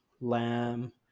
lamb